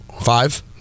Five